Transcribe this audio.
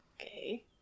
Okay